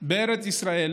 בארץ ישראל,